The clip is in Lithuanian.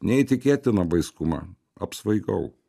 neįtikėtina vaiskuma apsvaigau